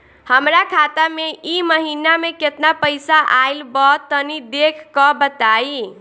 हमरा खाता मे इ महीना मे केतना पईसा आइल ब तनि देखऽ क बताईं?